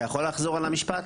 אתה יכול לחזור על המשפט?